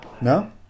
No